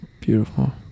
Beautiful